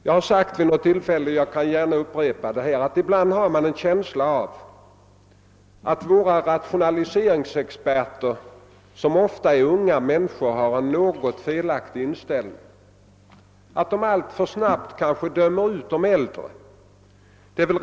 Jag har vid något tillfälle sagt, och jag kan gärna upprepa det här, att man ibland har en känsla av att våra rationaliseringsexperter, som ofta är unga människor, har en något felaktig inställning och kanske alltför snabbt dömer ut de äldre.